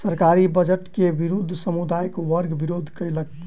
सरकारी बजट के विरुद्ध समुदाय वर्ग विरोध केलक